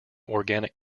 organic